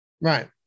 Right